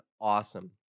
awesome